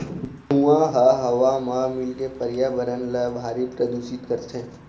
धुंआ ह हवा म मिलके परयाबरन ल भारी परदूसित करथे